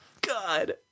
God